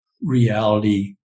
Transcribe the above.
Reality